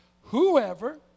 Whoever